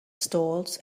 stalls